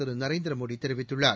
திரு நரேந்திர மோடி தெரிவித்துள்ளார்